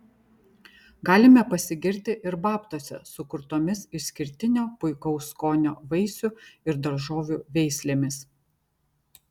galime pasigirti ir babtuose sukurtomis išskirtinio puikaus skonio vaisių ir daržovių veislėmis